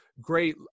great